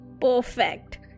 perfect